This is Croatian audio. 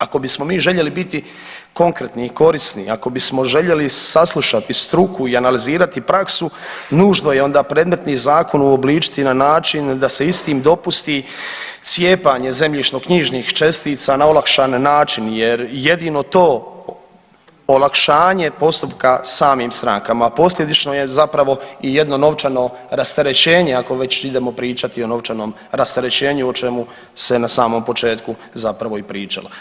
Ako bismo mi željeli biti konkretni i korisni, ako bismo željeli saslušati struku i analizirati praksu nužno je onda predmetni zakon uobličiti na način da se istim dopusti cijepanje zemljišno-knjižnih čestica na olakšan način, jer jedino to olakšanje postupka samim strankama a posljedično je zapravo i jedno novčano rasterećenje ako već idemo pričati o novčanom rasterećenju o čemu se na samom početku zapravo i pričalo.